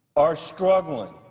are struggling